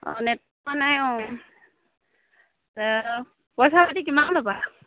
অঁ নেট পোৱা নাই অঁ পইচা পাতি কিমান ল'বা